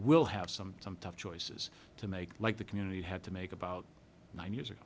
will have some some tough choices to make like the community had to make about nine years ago